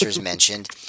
mentioned